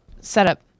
setup